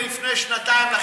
מלפני שנתיים,